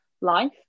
life